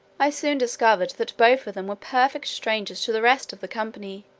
i soon discovered that both of them were perfect strangers to the rest of the company,